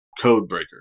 codebreaker